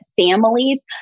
families